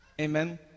Amen